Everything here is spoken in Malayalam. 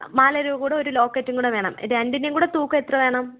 മാലയുടെ കൂടെ ഒരു ലോക്കറ്റും കൂടെ വേണം രണ്ടിന്റേം കൂടെ തൂക്കം എത്രവേണം